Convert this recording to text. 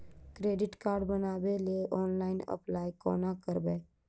Credit card बनाबै लेल online apply कोना करबै?